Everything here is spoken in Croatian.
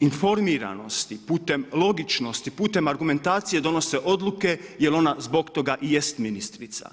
informiranosti, putem logičnosti, putem argumentacije donose odluke jer ona zbog toga i jest ministrica.